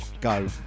go